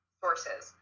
sources